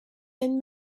and